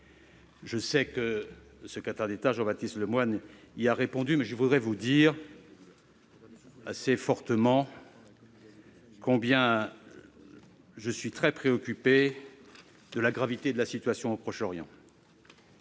et le secrétaire d'État Jean-Baptiste Lemoyne lui a répondu. Je voudrais dire fortement combien je suis très préoccupé par la gravité de la situation au Proche-Orient.